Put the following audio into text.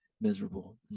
miserable